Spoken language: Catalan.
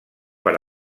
per